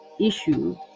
issue